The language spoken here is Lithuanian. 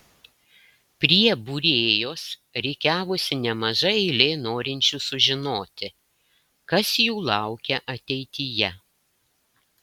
prie būrėjos rikiavosi nemaža eilė norinčių sužinoti kas jų laukia ateityje